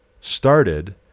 started